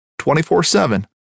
24-7